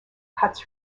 cuts